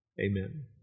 amen